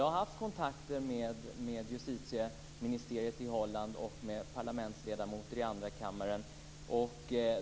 Jag har haft kontakter med justitieministeriet i Holland och med parlamentsledamöter i andra kammaren.